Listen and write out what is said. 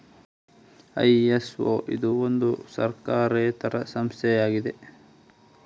ISO ಇದು ಒಂದು ಸರ್ಕಾರೇತರ ಸಂಸ್ಥೆ ಆಗಿದೆ